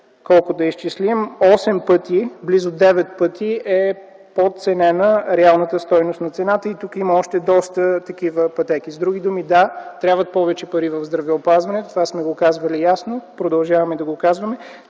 вид за тази клинична пътека близо девет пъти е подценена реалната стойност на цената й. Тук има още доста такива пътеки. С други думи, да, трябват повече пари в здравеопазването. Това сме го казвали ясно и продължаваме да го казваме.